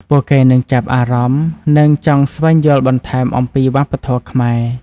ពួកគេនឹងចាប់អារម្មណ៍ និងចង់ស្វែងយល់បន្ថែមអំពីវប្បធម៌ខ្មែរ។